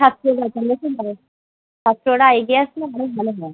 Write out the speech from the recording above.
ছাত্রছাত্রীরা খুব ভালো ছাত্ররা এগিয়ে আসলে খুব ভালো হয়